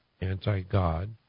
anti-God